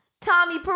Tommy